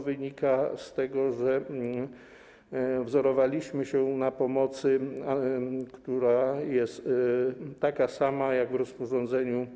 Wynika to z tego, że wzorowaliśmy się na pomocy, która jest taka sama jak w rozporządzeniu